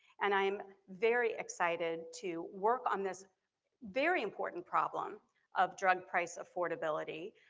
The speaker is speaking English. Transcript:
and i'm very excited to work on this very important problem of drug price affordability.